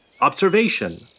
observation